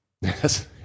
Yes